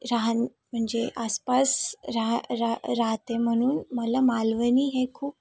राहणं म्हणजे आसपास राह राह राहते म्हणून मला मालवणी हे खूप